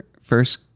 first